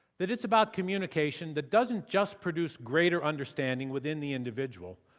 that it's about communication that doesn't just produce greater understanding within the individual,